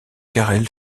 carel